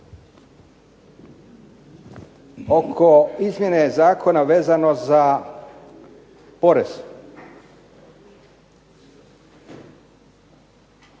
Oko izmjene zakona vezano za porez.